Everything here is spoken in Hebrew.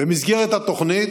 במסגרת התוכנית